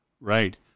right